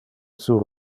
sur